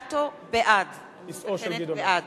ובג"ץ מלין על כך שהקצב אינו משביע רצון,